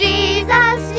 Jesus